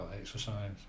exercise